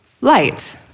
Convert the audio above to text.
light